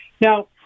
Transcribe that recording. Now